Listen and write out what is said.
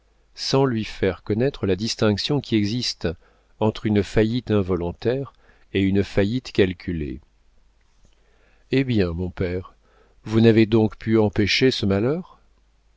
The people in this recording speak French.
sans lui faire connaître la distinction qui existe entre une faillite involontaire et une faillite calculée eh bien mon père vous n'avez donc pu empêcher ce malheur